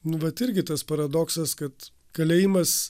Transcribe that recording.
nu vat irgi tas paradoksas kad kalėjimas